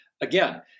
Again